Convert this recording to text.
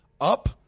up